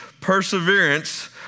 perseverance